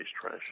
trash